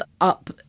up